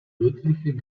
deutlich